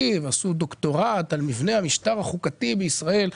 ועשו דוקטורט על מבנה המשטר החוקתי בישראל.